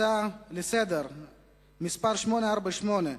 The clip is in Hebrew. הצעה לסדר-היום מס' 848: